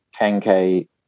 10K